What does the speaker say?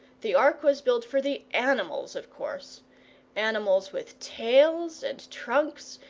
the ark was built for the animals, of course animals with tails, and trunks,